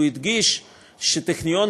והוא הדגיש שהטכניון,